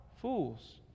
Fools